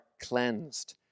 cleansed